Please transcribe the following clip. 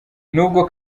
nubwo